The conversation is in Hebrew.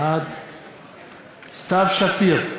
בעד סתיו שפיר,